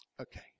Okay